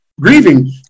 grieving